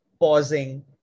pausing